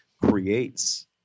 creates